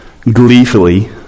gleefully